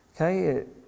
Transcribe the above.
Okay